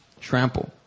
Trample